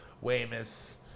Weymouth